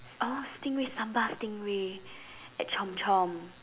oh stingray sambal stingray at Chomp Chomp